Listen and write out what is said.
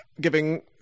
giving